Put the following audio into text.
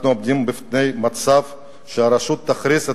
אנחנו עומדים בפני מצב שבו הרשות תכריז על